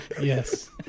Yes